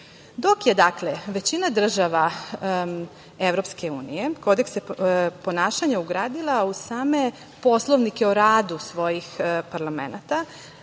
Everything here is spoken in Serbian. dok je većina država EU kodekse ponašanja ugradila u same poslovnike o radu svojih parlamenata,